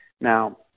Now